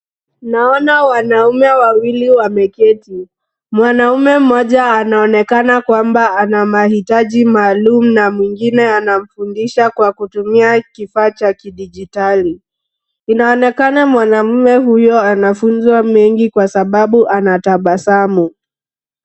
Naona wanaume wawili wameketi. Mwanaume mmoja anaonekana kwamba ana mahitaji maalum na mwingine anamfundisha kwa kutumia kifaa cha kidijitali. Inaonekana mwanamume huyo anafunzwa mengi kwa sababu anatabasamu.